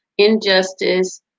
injustice